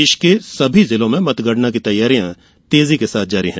प्रदेश के सभी जिलों में मतगणना की तैयारियां ंतेजी के साथ जारी है